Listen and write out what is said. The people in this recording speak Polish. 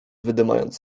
wydymając